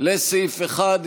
לסעיף 1,